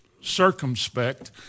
circumspect